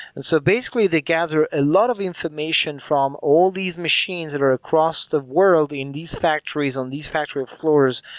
and so basically, they gather a lot of information from all these machines that are across the world in these factories, on these factory floors,